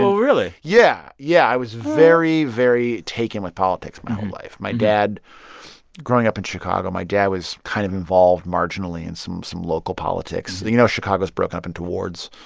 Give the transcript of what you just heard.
really? yeah. yeah. i was very, very taken with politics my whole life. my dad growing up in chicago, my dad was kind of involved marginally in some some local politics. you know, chicago's broken up into wards.